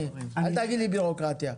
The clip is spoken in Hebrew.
אל תגיד לי בירוקרטיה.